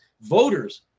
voters